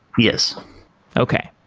yes okay.